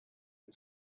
and